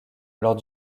lors